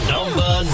Number